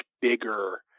bigger